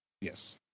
Yes